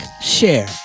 Share